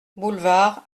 boulevard